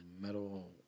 metal